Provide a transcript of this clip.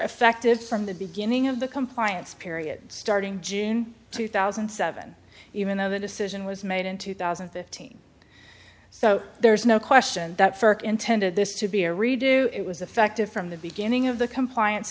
effective from the beginning of the compliance period starting june two thousand and seven even though the decision was made in two thousand and fifteen so there's no question that for intended this to be a redo it was effective from the beginning of the compliance